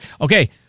Okay